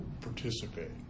participate